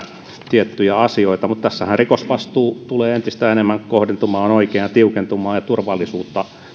tiettyjä asioita tässähän rikosvastuu tulee entistä enemmän kohdentumaan oikein ja tiukentumaan ja turvallisuus